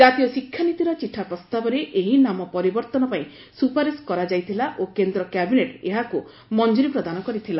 ଜାତୀୟ ଶିକ୍ଷାନୀତିର ଚିଠା ପ୍ରସ୍ତାବରେ ଏହି ନାମ ପରିବର୍ଭନ ପାଇଁ ସୁପାରିଶ କରାଯାଇଥିଲା ଓ କେନ୍ଦ୍ର କ୍ୟାବିନେଟ୍ ଏହାକୁ ମଞ୍ଜୁରୀ ପ୍ରଦାନ କରିଥିଲା